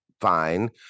fine